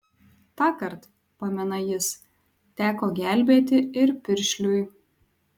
tąkart pamena jis teko gelbėti ir piršliui